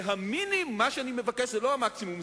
מה שאני מבקש זה לא המקסימום,